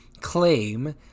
claim